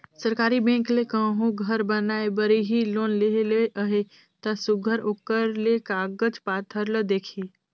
सरकारी बेंक ले कहों घर बनाए बर ही लोन लेहे ले अहे ता सुग्घर ओकर ले कागज पाथर ल देखही